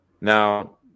Now